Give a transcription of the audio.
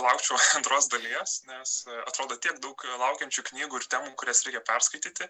laukčiau antros dalies nes atrodo tiek daug laukiančių knygų ir temų kurias reikia perskaityti